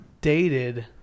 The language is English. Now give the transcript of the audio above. dated